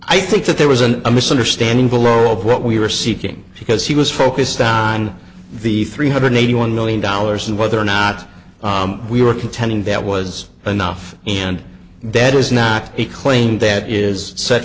i think that there was an a misunderstanding below of what we were seeking because he was focused on the three hundred eighty one million dollars and whether or not we were contending that was enough and that is not a claim that is set